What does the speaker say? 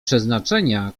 przeznaczenia